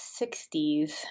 60s